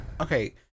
Okay